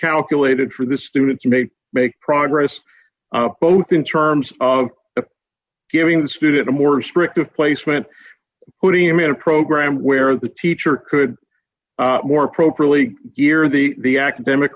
calculated for the students may make progress both in terms of giving the student a more restrictive placement putting him in a program where the teacher could more appropriately gear the the academic